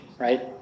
Right